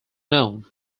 known